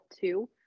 two